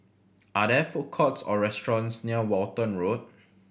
are there food courts or restaurants near Walton Road